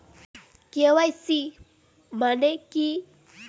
KYC মানে কি?